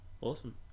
awesome